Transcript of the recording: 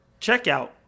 checkout